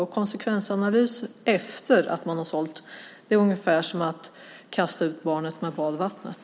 En konsekvensanalys efter det att man har sålt är ungefär som att kasta ut barnet med badvattnet.